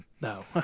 No